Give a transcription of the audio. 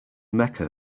mecca